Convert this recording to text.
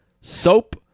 soap